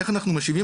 איך אנחנו משיבים?